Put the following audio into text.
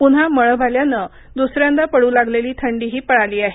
प्रन्हा मळभ आल्यानं दुसऱ्यांदा पडू लागलेली थंडीही पळाली आहे